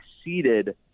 exceeded